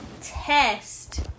test